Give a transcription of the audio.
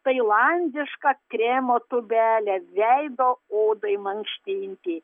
tailandišką kremo tūbelę veido odai mankštinti